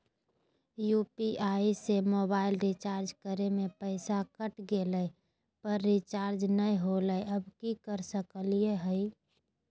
UPI से mobile recharge करे में पैसा कट गेलई, पर रिचार्ज नई होलई, अब की कर सकली हई?